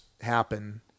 happen